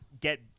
get